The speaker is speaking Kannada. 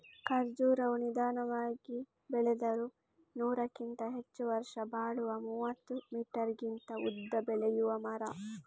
ಖರ್ಜುರವು ನಿಧಾನವಾಗಿ ಬೆಳೆದರೂ ನೂರಕ್ಕಿಂತ ಹೆಚ್ಚು ವರ್ಷ ಬಾಳುವ ಮೂವತ್ತು ಮೀಟರಿಗಿಂತ ಉದ್ದ ಬೆಳೆಯುವ ಮರ